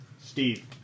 Steve